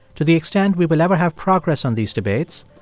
to the extent we will ever have progress on these debates,